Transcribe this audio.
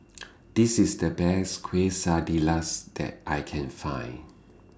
This IS The Best Quesadillas that I Can Find